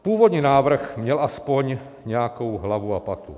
Původní návrh měl aspoň nějakou hlavu a patu.